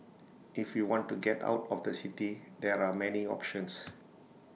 if you want to get out of the city there are many options